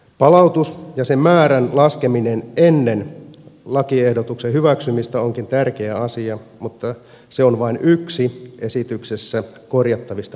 palautus ja sen määrän laskeminen ennen lakiehdotuksen hyväksymistä onkin tärkeä asia mutta se on vain yksi esityksessä korjattavista puutteista